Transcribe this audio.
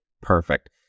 Perfect